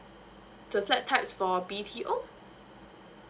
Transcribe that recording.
the flat types for B_T_O